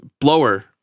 blower